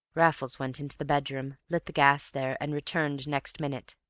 raffles went into the bedroom, lit the gas there, and returned next minute.